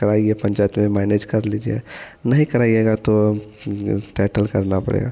कराइए पंचायत में मैनेज कर लीजिए नहीं कराइएगा तो अब जैसे टाइटल करना पड़ेगा